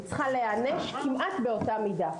היא צריכה להיענש כמעט באותה מידה.